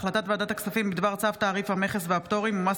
החלטת ועדת הכספים בדבר צו תעריף המכס והפטורים ומס